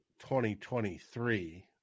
2023